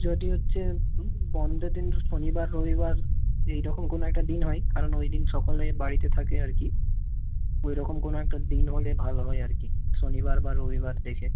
যদি হচ্ছে বন্ধের দিন শনিবার রবিবার এই রকম কোনো একটা দিন হয় কারণ ওই দিন সকলে বাড়িতে থাকে আর কি ওই রকম কোনো একটা দিন হলে ভালো হয় আর কি শনিবার বা রবিবার দেখে